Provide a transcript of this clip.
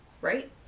right